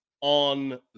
on